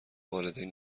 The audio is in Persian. والدین